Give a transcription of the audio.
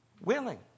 willing